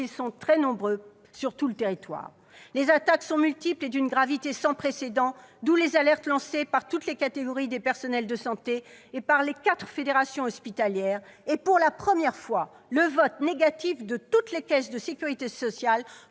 a de très nombreux sur tout sur le territoire. Les attaques sont multiples et d'une gravité sans précédent, d'où les alertes lancées par toutes les catégories des personnels de santé et par les quatre fédérations hospitalières, ainsi que, pour la première fois, le vote négatif de toutes les caisses de la sécurité sociale